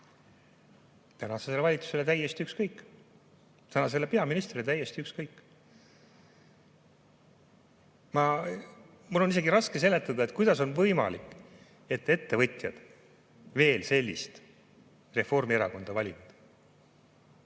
Tänasele valitsusele on see täiesti ükskõik. Tänasele peaministrile on see täiesti ükskõik. Mul on isegi raske seletada, kuidas on võimalik, et ettevõtjad veel sellist Reformierakonda valivad.